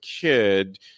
kid